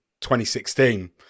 2016